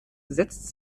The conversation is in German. setzt